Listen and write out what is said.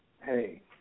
hey